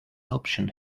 option